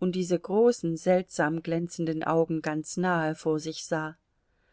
und diese großen seltsam glänzenden augen ganz nahe vor sich sah